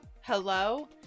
hello